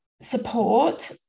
Support